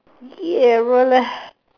yeah roll lah